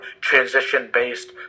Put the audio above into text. transition-based